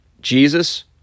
Jesus